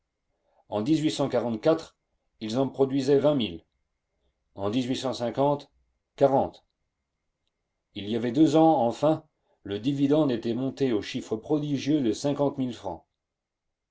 en ils en produisaient vingt mille en quarante il y avait deux ans enfin le dividende était monté au chiffre prodigieux de cinquante mille francs